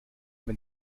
wenn